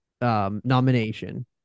nomination